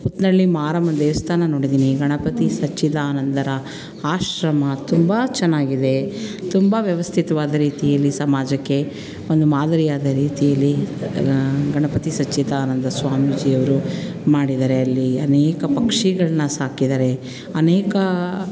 ಉತ್ತನಳ್ಳಿ ಮಾರಮ್ಮನ ದೇವಸ್ಥಾನ ನೋಡಿದ್ದೀನಿ ಗಣಪತಿ ಸಚ್ಚಿದಾನಂದರ ಆಶ್ರಮ ತುಂಬ ಚೆನ್ನಾಗಿದೆ ತುಂಬ ವ್ಯವಸ್ಥಿತವಾದ ರೀತಿಯಲ್ಲಿ ಸಮಾಜಕ್ಕೆ ಒಂದು ಮಾದರಿಯಾದ ರೀತಿಯಲ್ಲಿ ಗಣಪತಿ ಸಚ್ಚಿದಾನಂದ ಸ್ವಾಮೀಜಿಯವರು ಮಾಡಿದ್ದಾರೆ ಅಲ್ಲಿ ಅನೇಕ ಪಕ್ಷಿಗಳನ್ನ ಸಾಕಿದ್ದಾರೆ ಅನೇಕ